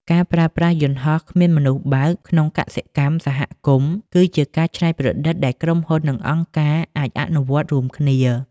ការប្រើប្រាស់យន្តហោះគ្មានមនុស្សបើកក្នុងកសិកម្មសហគមន៍ គឺជាការច្នៃប្រឌិតដែលក្រុមហ៊ុន និងអង្គការអាចអនុវត្តរួមគ្នា។